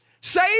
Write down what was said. say